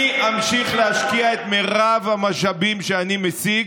אני אמשיך להשקיע את מרב המשאבים שאני משיג